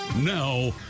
Now